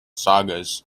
sagas